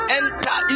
enter